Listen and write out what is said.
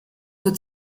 wird